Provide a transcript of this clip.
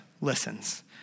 listens